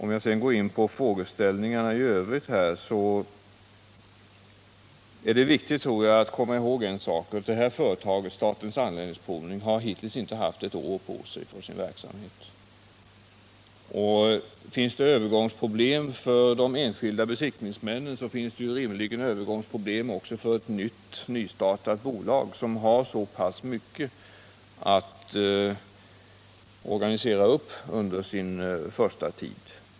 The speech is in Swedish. Man bör komma ihåg att Statens Anläggningsprovning hittills inte haft ett år på sig för sin verksamhet. Om det finns övergångsproblem för de enskilda besiktningsmännen finns det rimligen också övergångsproblem för ett nystartat bolag, som har så pass mycket att organisera upp under sin första tid.